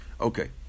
okay